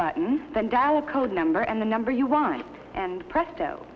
button the dial code number and the number you want and presto